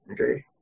okay